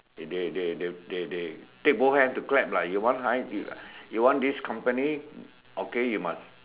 they they they they they take both hands to clap lah you want high you want this company okay you must